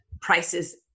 prices